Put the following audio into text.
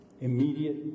immediate